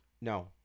No